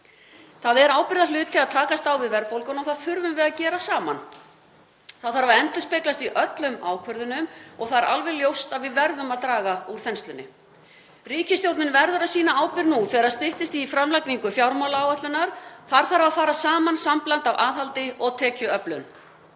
Það er ábyrgðarhluti að takast á við verðbólguna og það þurfum við að gera saman. Það þarf að endurspeglast í öllum ákvörðunum og það er alveg ljóst að við verðum að draga úr þenslunni. Ríkisstjórnin verður að sýna ábyrgð nú þegar styttist í framlagningu fjármálaáætlunar. Þar þarf að fara saman sambland af aðhaldi og tekjuöflun.